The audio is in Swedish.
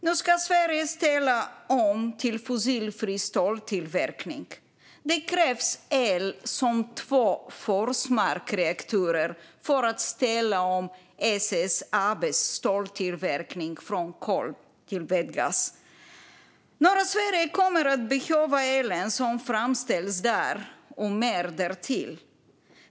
Nu ska Sverige ställa om till fossilfri ståltillverkning. Det krävs el som från två Forsmarkreaktorer för att ställa om SSAB:s ståltillverkning från kol till vätgas. Norra Sverige kommer att behöva elen som framställs där och mer därtill.